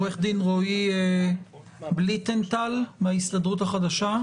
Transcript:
עו"ד רועי בליטנטל מההסתדרות החדשה.